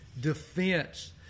defense